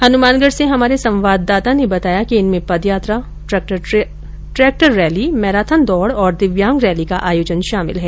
हनुमानगढ़ से हमारे संवाददाता ने बताया कि इनमें पदयात्रा ट्रेक्टर रैली मैराथन दौड और दिव्यांग रैली का आयोजन शामिल है